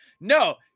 no